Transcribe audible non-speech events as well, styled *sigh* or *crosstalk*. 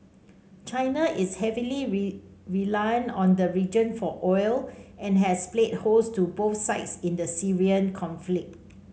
china is heavily *unintelligible* reliant on the region for oil and has played host to both sides in the Syrian conflict